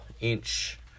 inch